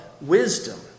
wisdom